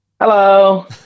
Hello